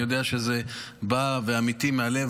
ואני יודע שזה בא אמיתי מהלב,